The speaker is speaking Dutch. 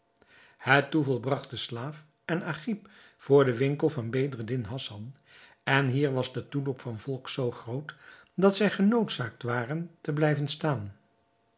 het toeval bragt den slaaf en agib voor den winkel van bedreddin hassan en hier was de toeloop van volk zoo groot dat zij genoodzaakt waren te blijven staan